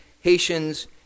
Haitians